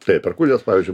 taip perkūnijos pavyzdžiui